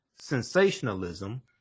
sensationalism